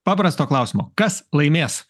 paprasto klausimo kas laimės